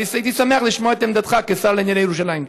והייתי שמח לשמוע את עמדתך כשר לענייני ירושלים.